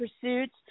pursuits